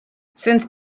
since